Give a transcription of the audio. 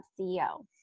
CEO